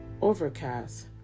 Overcast